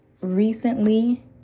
recently